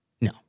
No